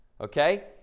Okay